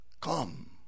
come